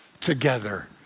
together